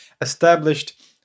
established